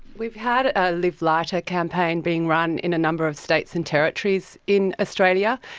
we've had a live lighter campaign being run in a number of states and territories in australia,